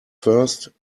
first